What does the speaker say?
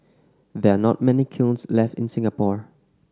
there are not many kilns left in Singapore